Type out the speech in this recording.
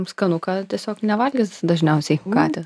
skanuką tiesiog nevalgys dažniausiai katės